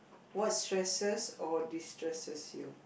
what stresses or destresses you